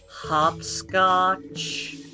Hopscotch